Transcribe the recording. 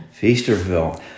Feasterville